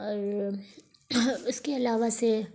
اور اس کے علاوہ سے